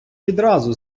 відразу